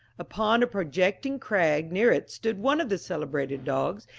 upon a projecting crag near it stood one of the celebrated dogs,